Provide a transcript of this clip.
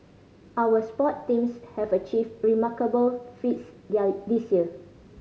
our sport teams have achieved remarkable feats there this year